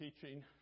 teaching